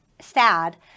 sad